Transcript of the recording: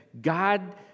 God